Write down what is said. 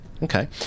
Okay